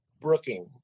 Brooking